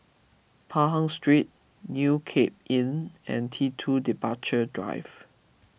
Pahang Street New Cape Inn and T two Departure Drive